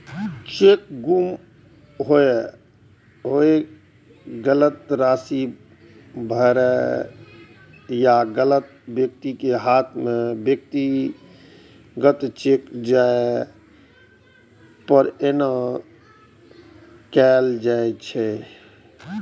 cheque गुम होय, गलत राशि भरै या गलत व्यक्तिक हाथे मे व्यक्तिगत चेक जाय पर एना कैल जाइ छै